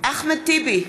אחמד טיבי,